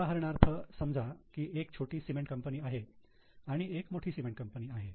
उदाहरणार्थ समजा की एक छोटी सिमेंट कंपनी आहे आणि एक मोठी सिमेंट कंपनी आहे